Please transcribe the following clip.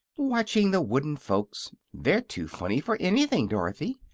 watching the wooden folks. they're too funny for anything, dorothy.